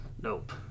Nope